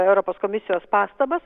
europos komisijos pastabas